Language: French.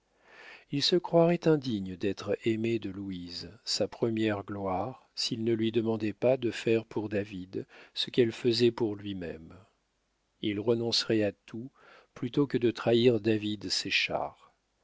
il se croirait indigne d'être aimé de louise sa première gloire s'il ne lui demandait pas de faire pour david ce qu'elle faisait pour lui-même il renoncerait à tout plutôt que de trahir david séchard